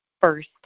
first